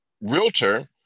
realtor